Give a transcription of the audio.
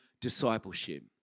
discipleship